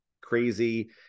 crazy